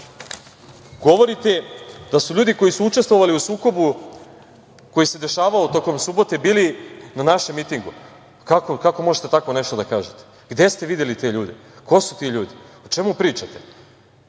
politika. Govorite da su ljudi koji su učestvovali u sukobu koji se dešavao tokom subote bili na našem mitingu. Kako možete tako nešto da kažete. Gde ste videli te ljude. Ko su ti ljudi? O čemu pričate?